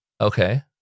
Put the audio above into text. Okay